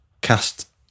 cast